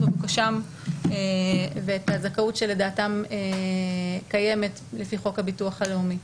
מבוקשם ואת הזכאות שלדעתם קיימת לפי חוק הביטוח הלאומי.